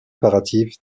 préparatifs